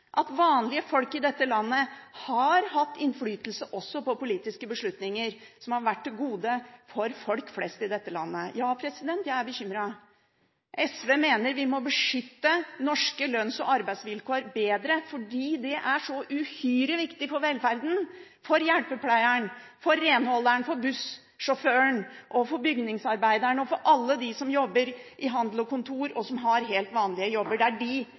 at vanlige folk i dette landet har hatt innflytelse også på politiske beslutninger som har vært til gode for folk flest i dette landet. Ja, jeg er bekymret. SV mener vi må beskytte norske lønns- og arbeidsvilkår bedre fordi det er så uhyre viktig for velferden – for hjelpepleieren, for renholderen, for busssjåføren og for bygningsarbeideren, og for alle dem som jobber i handel og kontor, og som har helt vanlige jobber. Det er